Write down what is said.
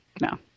no